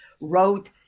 wrote